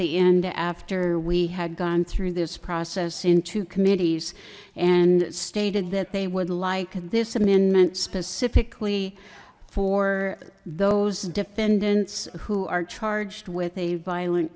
the end after we had gone through this process in two committees and stated that they would like this amendment specifically for those defendants who are charged with a violent